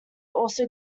also